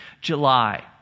July